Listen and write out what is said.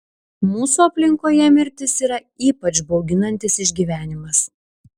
mūsų aplinkoje mirtis yra ypač bauginantis išgyvenimas